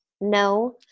No